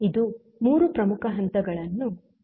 ಇದು ಮೂರು ಪ್ರಮುಖ ಹಂತಗಳನ್ನು ಒಳಗೊಂಡಿರುತ್ತದೆ